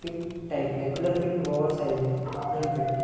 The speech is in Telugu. fit type regular fit oversize slim fit